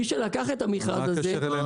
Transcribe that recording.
מי שלקח את המכרז הזה --- מה הקשר אלינו?